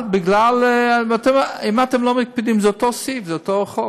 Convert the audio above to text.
אם אתם לא מקפידים, זה אותו סעיף, זה אותו חוק.